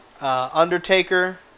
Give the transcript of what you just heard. Undertaker